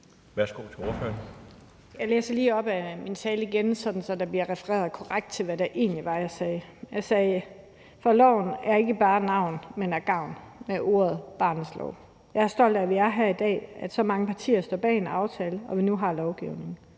Jeg læser lige op af min tale igen, sådan så der bliver refereret korrekt til, hvad det egentlig var, jeg sagde. Jeg sagde: For loven er ikke bare af navn, men af gavn, med ordene barnets lov. Og jeg er stolt af, at vi er her i dag, og at så mange partier står bag en aftale, og at vi nu har lovgivningen.